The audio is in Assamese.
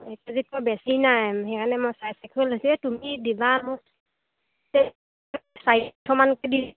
এক কে জিতকৈ বেছি নাই সেইকাৰণে মই চাৰে চাৰিশকৈ লৈছোঁ এই তুমি দিবা মোক এই চাৰিশমানকৈ দিবা